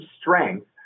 strength